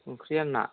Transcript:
ओंख्रिया ना